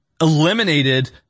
eliminated